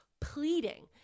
pleading